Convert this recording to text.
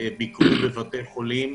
וביקרו בבתי חולים.